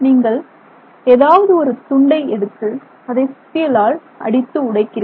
நீங்கள் ஏதாவதொரு ஒரு துண்டை எடுத்து அதை சுத்தியலால் அடித்து உடைக்கிறீர்கள்